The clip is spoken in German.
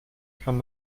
kann